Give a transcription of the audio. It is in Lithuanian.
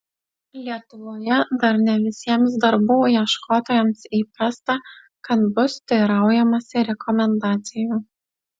lietuvoje dar ne visiems darbų ieškotojams įprasta kad bus teiraujamasi rekomendacijų